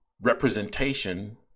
representation